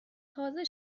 تازه